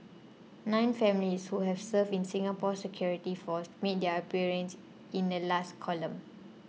nine families who have served in Singapore's security forces made their appearance in the last column